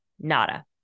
Nada